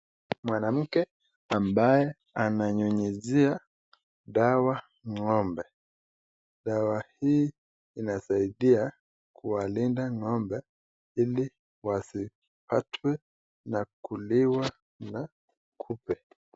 Mwanamke ambaye ananyunyizia dawa ng'ombe. Dawa hii inasaidia kuwalinda ngo'mbe ili wasipatwe na kuliwa na kupe.